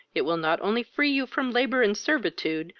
it will not only free you from labour and servitude,